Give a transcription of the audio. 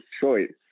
choice